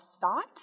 thought